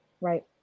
Right